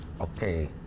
Okay